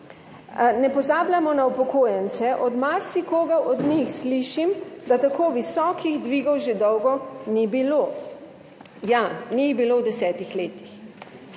Ne pozabljamo na upokojence. Marsikoga od njih slišim, da tako visokih dvigov že dolgo ni bilo. Ja, ni jih bilo v 10 letih.